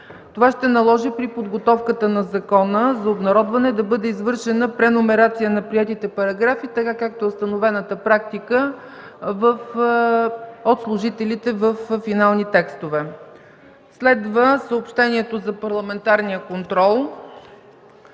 Това ще наложи при подготовката на закона за обнародване да бъде извършена преномерация на приетите параграфи, каквато е установената практика на служителите в отдел „Финални законови текстове”. Следват съобщенията за парламентарен контрол